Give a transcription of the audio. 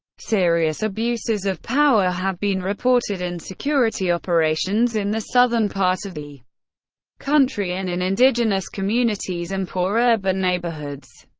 serious abuses of power have been reported in security operations in the southern part of the country and in indigenous communities and poor urban neighborhoods.